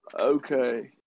Okay